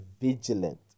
vigilant